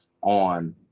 on